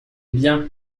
bien